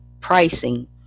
pricing